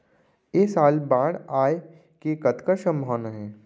ऐ साल बाढ़ आय के कतका संभावना हे?